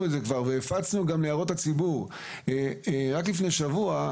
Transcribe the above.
והפצנו להערות הציבור רק לפני שבוע,